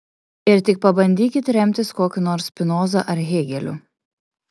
ir tik pabandykit remtis kokiu nors spinoza ar hėgeliu